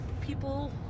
people